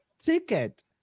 ticket